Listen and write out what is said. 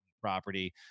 property